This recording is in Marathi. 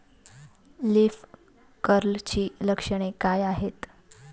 लीफ कर्लची लक्षणे काय आहेत?